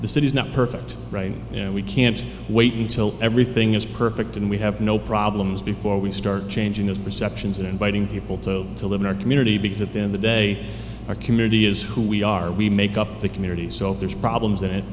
the city is not perfect right you know we can't wait until everything is perfect and we have no problems before we start changing those perceptions and inviting people to to live in our community because at the end the day our community is who we are we make up the community so if there's problems